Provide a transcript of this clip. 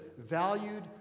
valued